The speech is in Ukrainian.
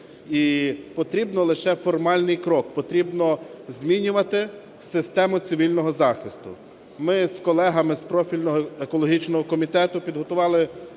і потрібно лише формальний крок, потрібно змінювати систему цивільного захисту. Ми з колегами з профільного екологічного комітету підготували